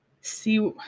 see